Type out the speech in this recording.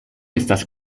estas